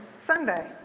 Sunday